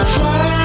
Fly